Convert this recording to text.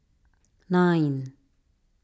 nine